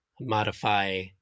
modify